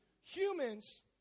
humans